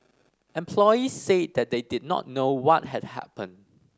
employees said they did not know what had happened